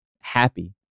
happy